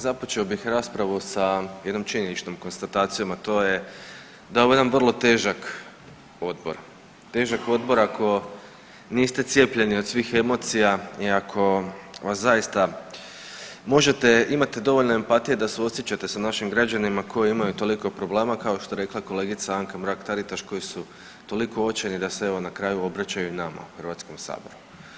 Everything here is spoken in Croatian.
Započeo bih raspravu s jednom činjeničnom konstatacijom, a to je da je ovo jedan vrlo težak odbor, težak odbor ako niste cijepljeni od svih emocija i ako vas zaista možete imate dovoljno empatije da suosjećate sa našim građanima koji imaju toliko problema kao što je rekla kolegica Anka Mrak Taritaš koji su toliko očajni da se evo na kraju obraćaju nama u HS-u.